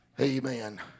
Amen